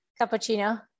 Cappuccino